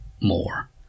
more